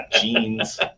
jeans